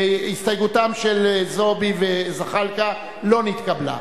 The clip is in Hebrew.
הסתייגותם של חברי הכנסת זועבי וזחאלקה לא נתקבלה.